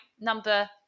Number